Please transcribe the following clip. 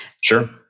Sure